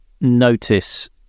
notice